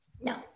No